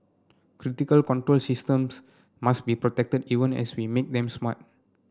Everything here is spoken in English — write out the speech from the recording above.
critical control systems must be protected even as we make them smart